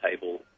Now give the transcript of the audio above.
table